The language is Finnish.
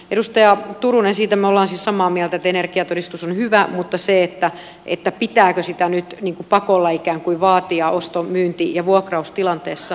edustaja turunen siitä me olemme siis samaa mieltä että energiatodistus on hyvä mutta siitä pitääkö sitä nyt ikään kuin pakolla vaatia osto myynti ja vuokraustilanteessa